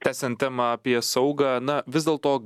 tęsiant temą apie saugą na vis dėlto